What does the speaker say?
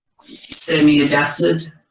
semi-adapted